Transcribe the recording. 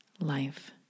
Life